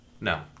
No